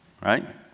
Right